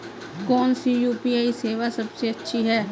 कौन सी यू.पी.आई सेवा सबसे अच्छी है?